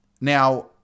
Now